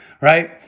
Right